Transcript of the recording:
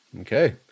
Okay